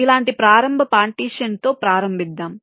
ఇలాంటి ప్రారంభ పార్టీషన్ తో ప్రారంభిద్దాం